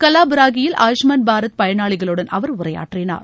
கலாபுராகியில் ஆயுஷ்மான் பாரத் பயனாளிகளுடன் அவர் உரையாற்றினார்